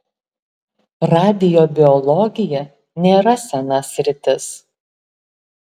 radiobiologija nėra sena sritis